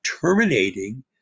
terminating